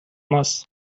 ماست